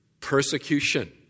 Persecution